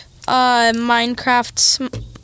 Minecraft